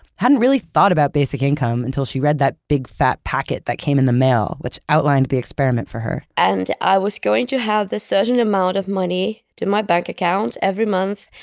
hadn't really thought about basic income until she read that big, fat packet that came in the mail, which outlined the experiment for her. and i was going to have this certain amount of money in my bank account every month.